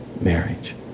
marriage